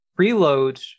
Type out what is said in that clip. preload